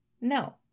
No